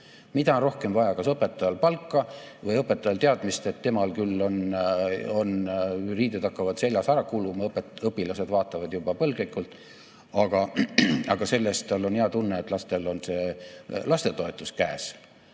mida on rohkem vaja, kas õpetajal palka või õpetajal teadmist, et temal küll riided hakkavad seljas ära kuluma, õpilased vaatavad juba põlglikult, aga selle eest tal on hea tunne, et lastel on lastetoetus käes.